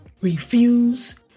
refuse